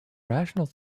rational